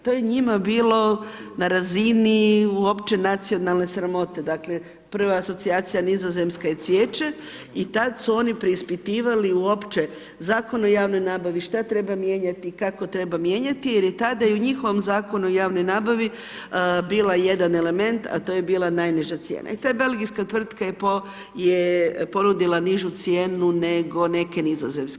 To je njima bilo na razini uopće nacionalne sramote, dakle prva asocijacija Nizozemske je cvijeće i tad su oni preispitivali uopće Zakon o javnoj nabavi, šta treba mijenjati, kako treba mijenjati jer je tada i u njihovom Zakonu o javnoj nabavi bila jedan element a to je bila najniža cijena i ta belgijska tvrtka je ponudila nižu cijenu nego neke nizozemske.